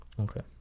Okay